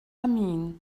mean